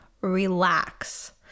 relax